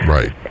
Right